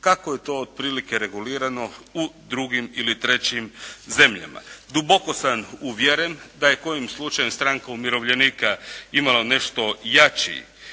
kako je to otprilike regulirano u drugim ili trećim zemljama. Duboko sam uvjeren da je kojim slučajem stranka umirovljenika imala nešto jaču